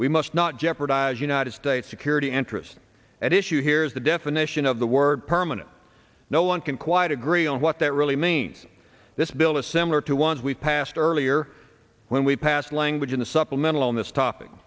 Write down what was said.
we must not jeopardize united states security interests at issue here is the definition of the word permanent no one can quite agree on what that really means this bill is similar to ones we passed earlier when we passed language in the supplemental on this topic